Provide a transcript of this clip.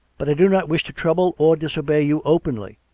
but i do not wish to trouble or disobey you openly.